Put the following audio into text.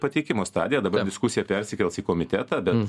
pateikimo stadija dabar diskusija persikels į komitetą bet